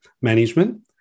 management